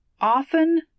Often